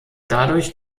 dadurch